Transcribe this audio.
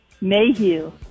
Mayhew